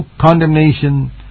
condemnation